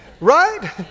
Right